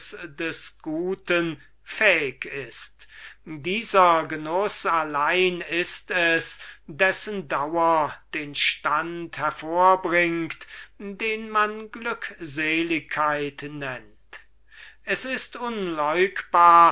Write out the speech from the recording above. des guten fähig ist dieser genuß allein ist es dessen dauer den stand hervorbringt den man glückseligkeit nennt es ist unleugbar